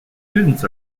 students